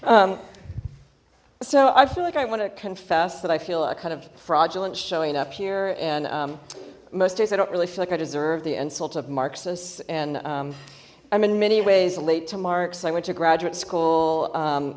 um so i feel like i want to confess that i feel a kind of fraudulent showing up here and most days i don't really feel like i deserve the insult of marxist and i'm in many ways late to mark so i went to graduate school